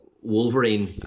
Wolverine